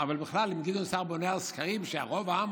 אבל בכלל, אם גדעון סער בונה על סקרים, שרוב העם